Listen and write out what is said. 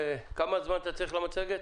כמה זמן אתה צריך את המצגת?